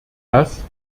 das